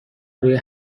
روی